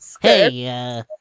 Hey